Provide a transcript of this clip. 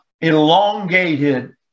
elongated